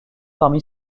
parmi